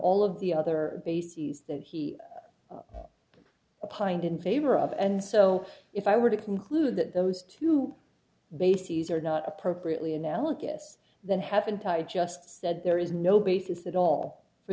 all of the other bases that he pined in favor of and so if i were to conclude that those two bases are not appropriately analogous then haven't tied just said there is no basis at all for